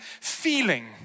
feeling